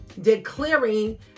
Declaring